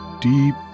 deep